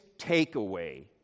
takeaway